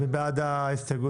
מי בעד ההסתייגות?